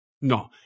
No